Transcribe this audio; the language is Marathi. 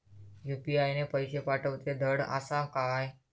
यू.पी.आय ने पैशे पाठवूचे धड आसा काय?